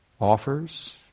offers